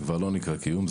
זה לא נקרא יותר קיום,